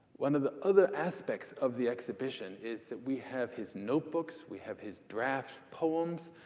one of the other aspects of the exhibition is that we have his notebooks, we have his draft poems.